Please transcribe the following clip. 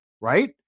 right